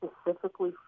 specifically